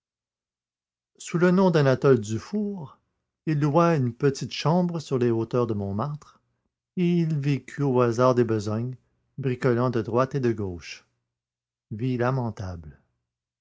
sous le nom d'anatole dufour il loua une petite chambre sur les hauteurs de montmartre et il vécut au hasard des besognes bricolant de droite et de gauche